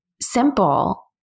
simple